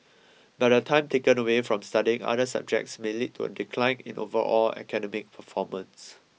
but the time taken away from studying other subjects may lead to a decline in overall academic performance